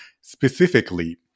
specifically